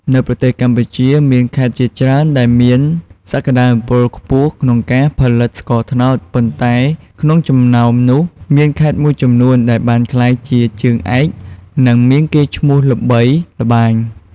នៅប្រទេសកម្ពុជាមានខេត្តជាច្រើនដែលមានសក្ដានុពលខ្ពស់ក្នុងការផលិតស្ករត្នោត ប៉ុន្តែក្នុងចំណោមនោះ មានខេត្តមួយចំនួនដែលបានក្លាយជាជើងឯកនិងមានកេរ្តិ៍ឈ្មោះល្បីល្បាញ។